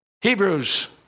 Hebrews